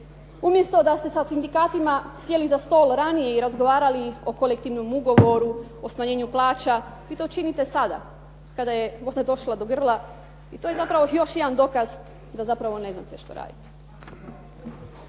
Umjesto da ste sa sindikatima sjeli za stol ranije i razgovarali o kolektivnom ugovoru, o smanjenju plaća vi to činite sada kada je voda došla do grla i to je zapravo još jedan dokaz da zapravo ne znate što radite.